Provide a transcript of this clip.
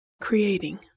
creating